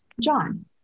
John